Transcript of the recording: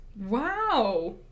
Wow